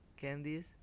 candies